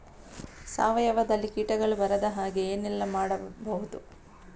ಸಾವಯವದಲ್ಲಿ ಕೀಟಗಳು ಬರದ ಹಾಗೆ ಏನೆಲ್ಲ ಮಾಡಬಹುದು?